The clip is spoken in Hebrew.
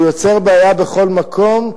והוא יוצר בעיה בכל מקום,